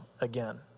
again